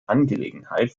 angelegenheit